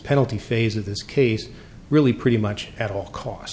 penalty phase of this case really pretty much at all costs